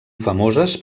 famoses